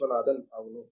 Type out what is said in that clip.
విశ్వనాథన్ అవును